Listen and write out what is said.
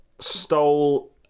stole